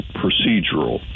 procedural